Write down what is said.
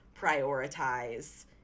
prioritize